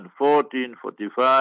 1445